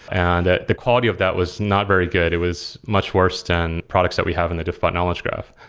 and ah the quality of that was not very good. it was much worse than products that we have in the diffbot knowledge graph.